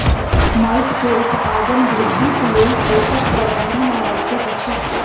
माइट के उत्पादन वृद्धिक लेल पोषक प्रबंधन आवश्यक अछि